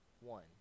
one